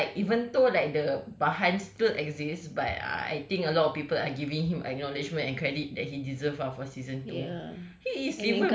so it's like even though like the bahang still exist but uh I think a lot of people are giving him acknowledgement and credit that he deserve ah for season two